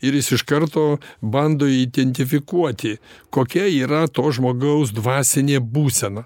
ir jis iš karto bando identifikuoti kokia yra to žmogaus dvasinė būsena